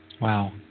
Wow